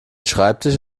schreibtisch